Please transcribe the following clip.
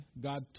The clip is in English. God